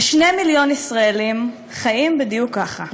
ו-2 מיליון ישראלים חיים בדיוק ככה.